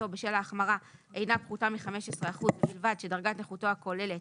בשל ההחמרה אינה פחותה מ-15% ובלבד שדרגת נכותו הכוללת